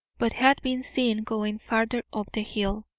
but had been seen going farther up the hill,